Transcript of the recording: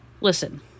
Listen